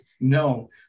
No